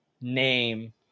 name